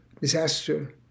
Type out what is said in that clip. disaster